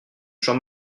jean